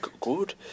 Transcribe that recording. Good